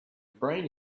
brain